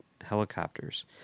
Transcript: helicopters